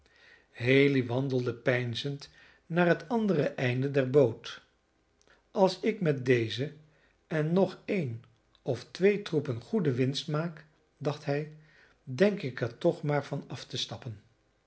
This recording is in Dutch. haley wandelde peinzend naar het andere einde der boot als ik met dezen en nog een of twee troepen goede winst maak dacht hij denk ik er toch maar van af te stappen